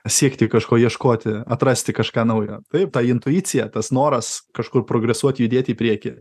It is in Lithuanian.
siekti kažko ieškoti atrasti kažką naujo taip ta intuicija tas noras kažkur progresuot judėt į priekį